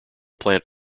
plant